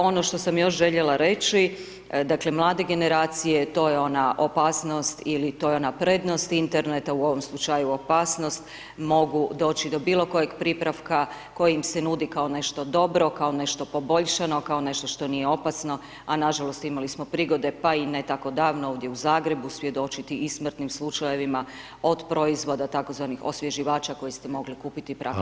Ono što sam još željela reći, dakle mlade generacije, to je ona opasnost ili to je ona prednost interna, to je u ovom slučaju opasnost, mogu doći do bilokojeg pripravka koji im se nudi kao nešto dobro, kao nešto poboljšano, kao nešto što nije opasno a nažalost imali smo prigode pa i ne tako davno ovdje u Zagrebu svjedočiti i smrtnim slučajevima od proizvoda tzv. osvježivača koje ste mogli kupiti praktički na kiosku.